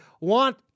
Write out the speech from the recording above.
want